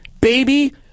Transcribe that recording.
baby